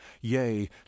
Yea